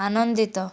ଆନନ୍ଦିତ